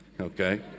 Okay